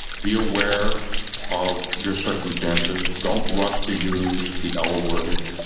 be aware of your circumstances. don't rush to use the l word.